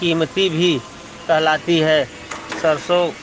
कीमती भी कहलाती है सरसों